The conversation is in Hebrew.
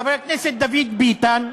חבר הכנסת דוד ביטן,